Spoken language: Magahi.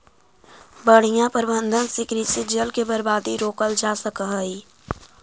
बढ़ियां प्रबंधन से कृषि जल के बर्बादी रोकल जा सकऽ हई